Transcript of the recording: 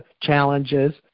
challenges